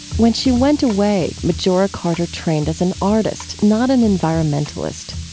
when she went away, majora carter trained as an artist, not an environmentalist.